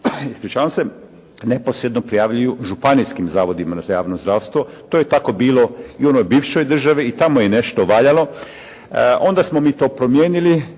se ove bolesti neposredno prijavljuju županijskim zavodima za javno zdravstvo. To je tako bilo i u onoj bivšoj državi i tamo je nešto valjalo. Onda smo mi to promijenili